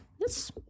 Yes